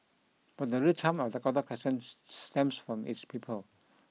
but the real charm of Dakota Crescent stems from its people